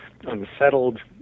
unsettled